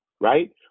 right